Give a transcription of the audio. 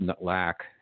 lack